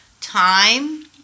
Time